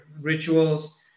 rituals